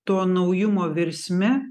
to naujumo virsme